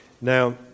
Now